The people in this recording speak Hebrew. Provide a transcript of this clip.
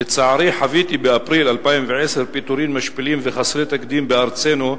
לצערי חוויתי באפריל 2010 פיטורים משפילים וחסרי תקדים בארצנו,